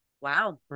Wow